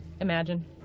imagine